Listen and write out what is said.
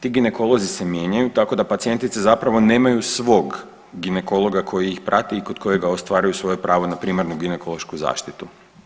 Ti ginekolozi se mijenjaju, tako da pacijentice zapravo nemaju svog ginekologa koji ih prati i kod kojega ostvaruju svoje pravo na primarnu ginekološku zaštitu.